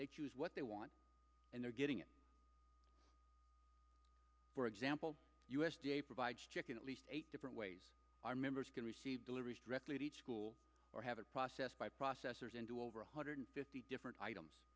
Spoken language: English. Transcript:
they choose what they want and they're getting it for example u s d a provides check in at least eight different ways our members can receive deliveries directly to each school or have a process by processors into over one hundred fifty different items